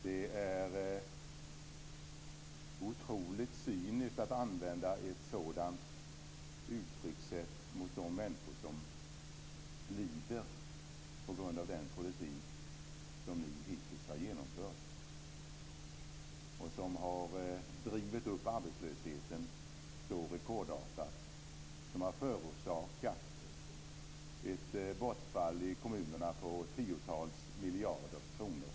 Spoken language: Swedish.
Det är otroligt cyniskt att använda ett sådant uttryckssätt mot de människor som lider på grund av den politik som Socialdemokraterna hittills har genomfört. Den politiken har drivit upp arbetslösheten rekordartat, och den har förorsakat ett bortfall i kommunerna på tiotals miljarder kronor.